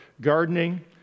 gardening